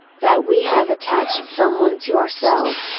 that we have attached someone to ourselves,